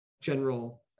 general